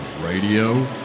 radio